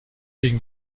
wegen